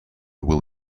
will